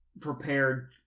prepared